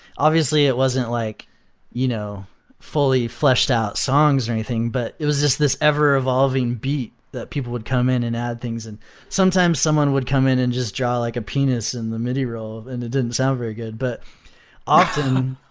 obviously, it wasn't like you know fully fleshed out songs or anything, but it was just ever-evolving beat that people would come in and add things. and sometimes someone would come in and just draw like a penis in the midi roll and it didn't sound very good. but often,